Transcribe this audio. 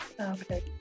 Okay